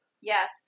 yes